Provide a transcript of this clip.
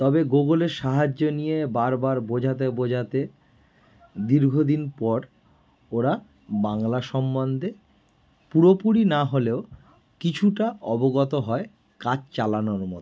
তবে গুগলের সাহায্য নিয়ে বারবার বোঝাতে বোঝাতে দীর্ঘদিন পর ওরা বাংলা সম্বন্দে পুরোপুরি নাহলেও কিছুটা অবগত হয় কাজ চালানোর মতো